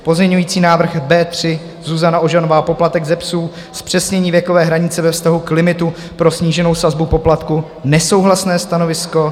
Pozměňovací návrh B3 Zuzana Ožanová poplatek ze psů, zpřesnění věkové hranice ve vztahu k limitu pro sníženou sazbu poplatku nesouhlasné stanovisko.